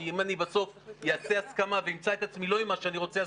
כי אם בסוף אני אעשה הסכמה ואמצא את עצמי לא עם מה שאני רוצה,